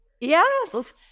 Yes